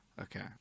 Okay